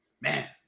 man